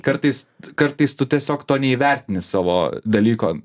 kartais kartais tu tiesiog to neįvertini savo dalyko